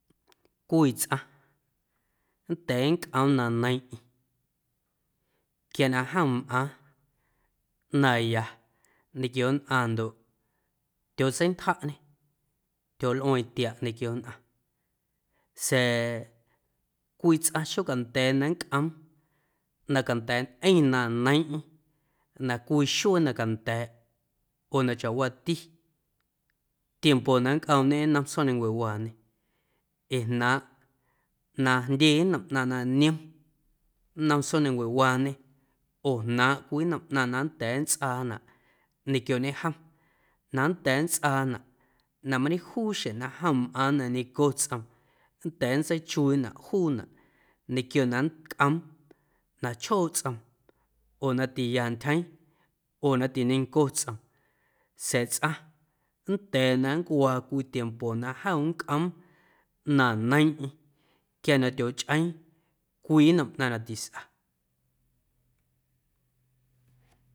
Cwii tsꞌaⁿ nnda̱a̱ nncꞌoom na neiiⁿꞌeⁿ quia na jom mꞌaaⁿ na ya ñequio nnꞌaⁿ ndoꞌ tyotseintjaꞌñê, tyolꞌueeⁿ tiaꞌ ñequio nnꞌaⁿ sa̱a̱ cwii tsꞌaⁿ xocanda̱a̱ na nncꞌoom na canda̱a̱ꞌñeⁿ na neiiⁿꞌeⁿ na cwii xuee na canda̱a̱ꞌ oo na chawaati tiempo na nncꞌoomñe nnom tsjoomnancuewaañe ee jnaaⁿꞌ na jndye nnom ꞌnaⁿ na niom nnom tsjoomnancuewaañe oo jnaaⁿꞌ cwii nnom ꞌnaⁿ na nnda̱a̱ nntsꞌaanaꞌ ñequioñe jom na nnda̱a̱ nntsꞌaanaꞌ na mañejuu xjeⁿ na jom mꞌaaⁿ na neiⁿnco tsꞌoom nnda̱a̱ nntseichuiiꞌnaꞌ juunaꞌ ñequio na nncꞌoom na chjooꞌ tsꞌoom oo na tiya ntyjeeⁿ oo na tiñenco tsꞌoom saa̱ tsꞌaⁿ nnda̱a̱ na nncuaa cwii tiempo na jom nncꞌoom na neiiⁿꞌeⁿ quia na tyohꞌeeⁿ cwii nnom ꞌnaⁿ na tisꞌa.